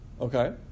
Okay